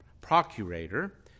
procurator